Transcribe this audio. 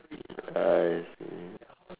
I see